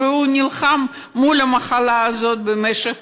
שנלחם מול המחלה הזאת במשך